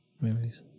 movies